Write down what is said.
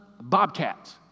bobcats